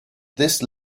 this